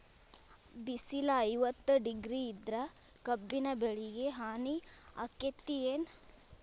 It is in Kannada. ಬಿಸಿಲ ಐವತ್ತ ಡಿಗ್ರಿ ಇದ್ರ ಕಬ್ಬಿನ ಬೆಳಿಗೆ ಹಾನಿ ಆಕೆತ್ತಿ ಏನ್?